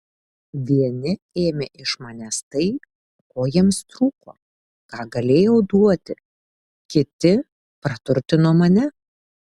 vieni ėmė iš manęs tai ko jiems trūko ką galėjau duoti kiti praturtino mane